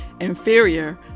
inferior